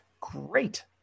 Great